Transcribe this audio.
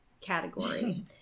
category